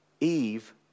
Eve